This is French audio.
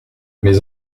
mes